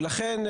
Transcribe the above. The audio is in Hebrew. ולכן,